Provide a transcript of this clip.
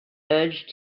urged